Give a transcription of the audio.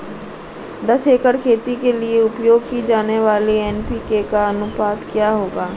दस एकड़ खेती के लिए उपयोग की जाने वाली एन.पी.के का अनुपात क्या होगा?